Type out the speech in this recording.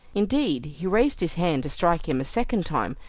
indeed, he raised his hand to strike him a second time,